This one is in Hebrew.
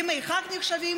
ימי חג נחשבים,